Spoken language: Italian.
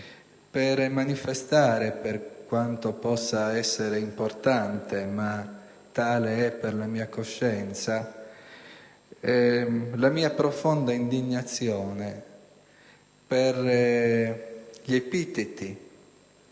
per manifestare (per quanto possa essere importante, ma tale è per la mia coscienza) la mia profonda indignazione per gli epiteti